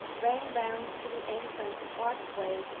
ran round to the entrance archway,